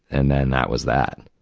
and then that was that.